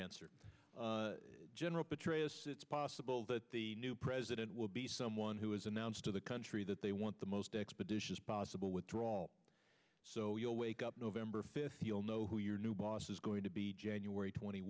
answer general petraeus it's possible that the new president will be someone who has announced to the country that they want the most expeditious possible withdrawal so you'll wake up november fifth you'll know who your new boss is going to be january twenty